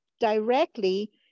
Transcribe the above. directly